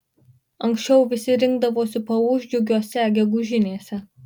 anksčiau visi rinkdavosi paūžt džiugiose gegužinėse